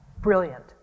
brilliant